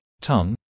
tongue